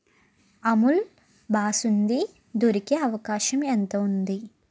అమూల్ బాసుంది దొరికే అవకాశం ఎంత ఉంది